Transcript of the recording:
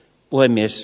puhemies